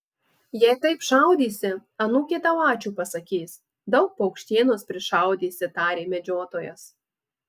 jei taip šaudysi anūkė tau ačiū pasakys daug paukštienos prišaudysi tarė medžiotojas